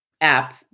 app